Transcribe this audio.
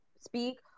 speak